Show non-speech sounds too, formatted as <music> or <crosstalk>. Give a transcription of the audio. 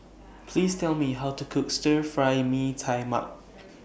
Please Tell Me How to Cook Stir Fry Mee Tai Mak <noise>